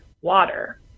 water